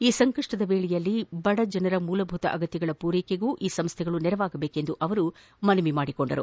ಈ ಸಂಕಷ್ವದ ವೇಳೆಯಲ್ಲಿ ಬಡಜನರ ಮೂಲಭೂತ ಅಗತ್ಯಗಳ ಪೂರೈಕೆಯಲ್ಲೂ ಈ ಸಂಸ್ಥೆಗಳು ನೆರವಾಗಬೇಕೆಂದು ಅವರು ಮನವಿ ಮಾಡಿದರು